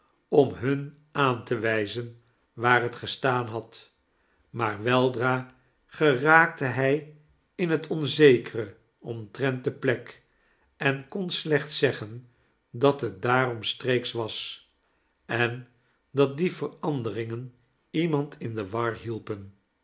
om hun aan te wijzen waar het gestaan had maar weldra geraakte hij in het onzekere omtrent de plek en kon slechts zeggen dat het daaromstreeks was en dat die veranderingen iemand in de war hielpen